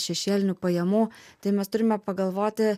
šešėlinių pajamų tai mes turime pagalvoti